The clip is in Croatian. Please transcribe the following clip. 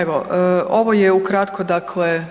Evo ovo je ukratko dakle